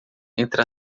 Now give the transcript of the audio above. entre